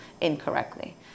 incorrectly